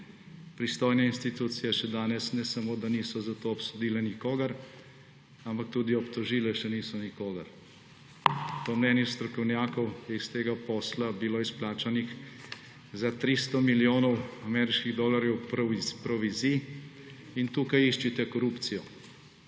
Pristojne institucije še danes, ne samo da niso za to obsodile nikogar, ampak tudi obtožile še niso nikogar. Po mnenju strokovnjakov je bilo iz tega posla izplačanih za 300 milijonov ameriških dolarjev prav iz provizij. In tukaj iščite korupcijo,